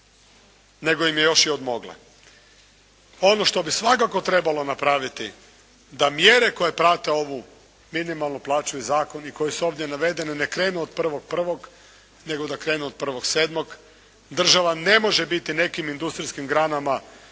nego im je još i odmogla. Ono što bi svakako trebalo napraviti da mjere koje prate ovu minimalnu plaću i zakon i koje su ovdje navedene ne krenu od 1.1. nego da krenu od 1.7., država ne može biti nekim industrijskim granama